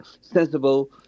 sensible